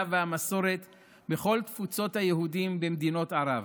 והמסורת בכל תפוצות היהודים במדינות ערב.